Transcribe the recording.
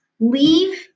Leave